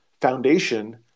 foundation